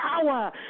power